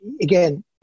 again